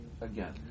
again